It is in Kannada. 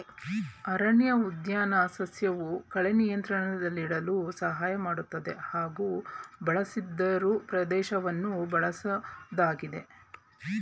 ಅರಣ್ಯಉದ್ಯಾನ ಸಸ್ಯವು ಕಳೆ ನಿಯಂತ್ರಣದಲ್ಲಿಡಲು ಸಹಾಯ ಮಾಡ್ತದೆ ಹಾಗೂ ಬಳಸದಿರೋ ಪ್ರದೇಶವನ್ನ ಬಳಸೋದಾಗಿದೆ